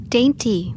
Dainty